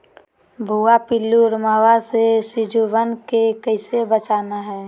भुवा पिल्लु, रोमहवा से सिजुवन के कैसे बचाना है?